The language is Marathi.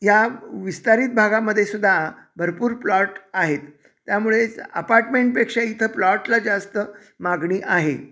या विस्तारीत भागामध्ये सुद्धा भरपूर प्लॉट आहेत त्यामुळेच अपार्टमेंटपेक्षा इथं प्लॉटला जास्त मागणी आहे